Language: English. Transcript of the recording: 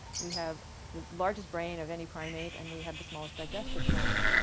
we have the largest brain of any primate and we have the smallest digestive tract,